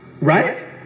right